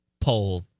poll